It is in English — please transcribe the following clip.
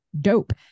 dope